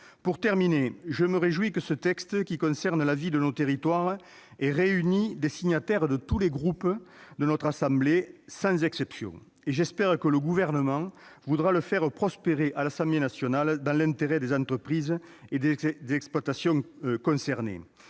Pour terminer, je me réjouis que ce texte, qui concerne la vie de nos territoires, ait réuni des signataires de tous les groupes politiques de la Haute Assemblée, sans exception. J'espère que le Gouvernement voudra le faire prospérer à l'Assemblée nationale, dans l'intérêt des entreprises et des exploitations concernées.